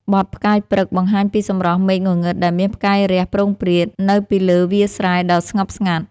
បទ «ផ្កាយព្រឹក» បង្ហាញពីសម្រស់មេឃងងឹតដែលមានផ្កាយរះព្រោងព្រាត នៅពីលើវាលស្រែដ៏ស្ងប់ស្ងាត់។